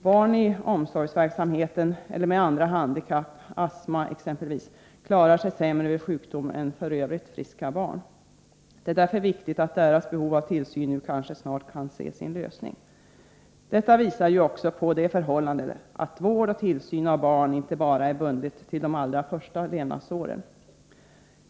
Barn i omsorgsverksamheten eller med andra handikapp, exempelvis astma, klarar sig sämre än f.ö. friska barn vid sjukdom. Det är därför betydelsefullt att deras behov av tillsyn kanske snart kan få sin lösning. Detta visar ju också på det förhållandet att vård och tillsyn av barn inte är begränsad till de allra första levnadsåren. Fru talman!